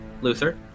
Luther